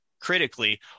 critically